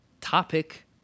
topic